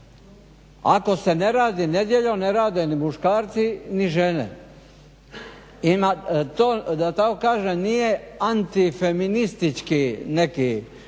Ako se ne radi nedjeljom ne rade ni muškarci ni žene. Da tako kažem nije antifeministička neka